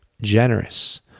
generous